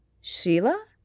Sheila